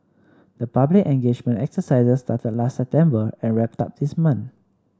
the public engagement exercises started last September and wrapped up this month